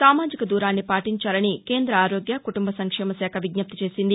సామాజిక దూరాన్ని పాటించాలని కేంద్ర ఆరోగ్య కుటుంబ సంక్షేమ శాఖ విజ్ఞప్తి చేసింది